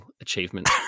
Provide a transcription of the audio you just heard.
achievement